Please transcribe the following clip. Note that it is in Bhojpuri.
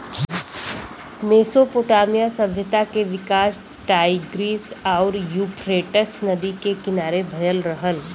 मेसोपोटामिया सभ्यता के विकास टाईग्रीस आउर यूफ्रेटस नदी के किनारे भयल रहल